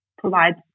provides